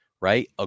right